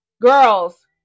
girls